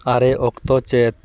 ᱟᱨᱮ ᱚᱠᱛᱚ ᱪᱮᱫ